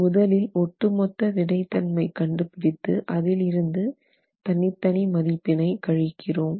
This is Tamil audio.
முதலில் ஒட்டு மொத்த விறைதன்மை கண்டுபிடித்து அதில் இருந்து தனித்தனி மதிப்பினை கழிக்கிறோம்